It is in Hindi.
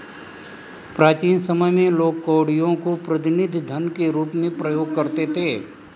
प्राचीन समय में लोग कौड़ियों को प्रतिनिधि धन के रूप में प्रयोग करते थे